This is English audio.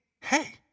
hey